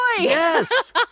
Yes